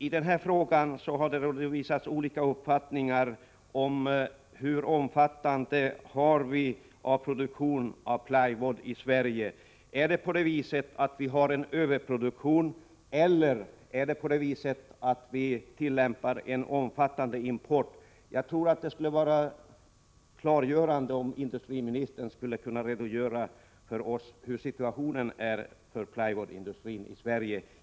I detta sammanhang har olika uppfattningar kommit fram om hur omfattande produktionen av plywood är i Sverige. Har vi en överproduktion eller har vi en omfattande import? Det skulle var klargörande om industriministern redogjorde för oss hur situationen är för plywoodindustrin i Sverige.